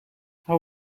hou